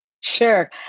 Sure